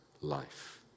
life